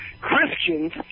Christians